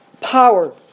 power